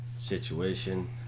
situation